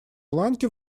ланки